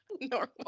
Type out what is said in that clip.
normal